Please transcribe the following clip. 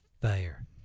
Fire